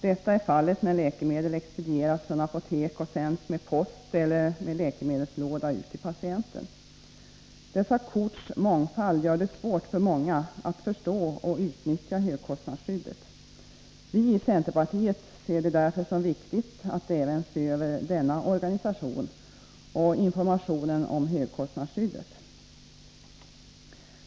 Detta är fallet när läkemedel expedieras från apotek och sänds med post eller med läkemedelslåda till patienten. Mångfalden av kort gör det svårt för många att förstå och utnyttja högkostnadsskyddet. Vi i centerpartiet ser det därför som viktigt att även se över denna organisation och informationen om högkostnadsskyddet.